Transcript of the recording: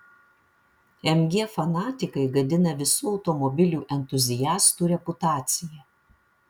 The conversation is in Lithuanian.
mg fanatikai gadina visų automobilių entuziastų reputaciją